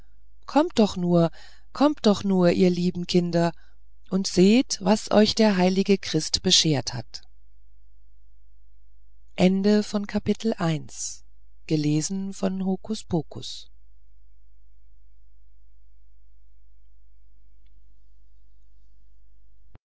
kommt doch nur kommt doch nur ihr lieben kinder und seht was euch der heilige christ beschert hat